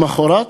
למחרת